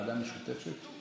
ועדה משותפת?